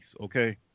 okay